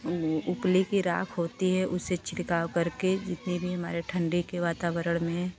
वो उपले की राख होती है उसे छिड़काव करके जितनी भी हमारे ठंडी के वातावरण में